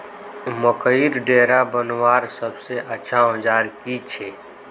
मकईर डेरा बनवार सबसे अच्छा औजार की छे?